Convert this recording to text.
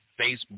Facebook